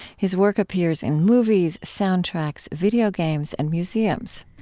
his work appears in movies, soundtracks, video games, and museums.